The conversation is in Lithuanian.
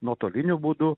nuotoliniu būdu